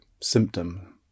Symptom